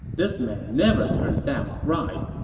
this man never turns down a bribe.